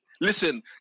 Listen